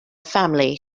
family